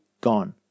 gone